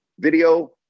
video